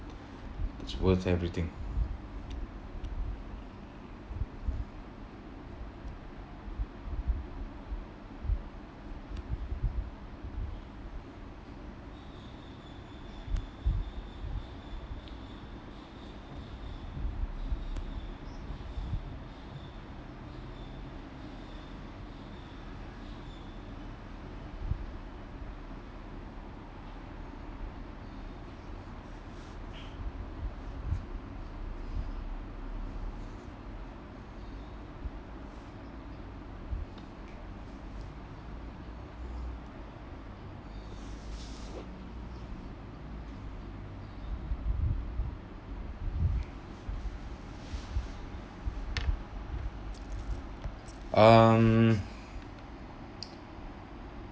that's worth everything um